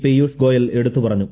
പീയുഷ് ഗോയൽ എടുത്തുപറഞ്ഞു